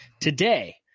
today